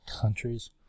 countries